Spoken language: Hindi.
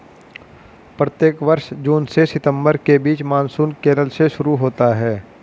प्रत्येक वर्ष जून से सितंबर के बीच मानसून केरल से शुरू होता है